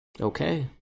Okay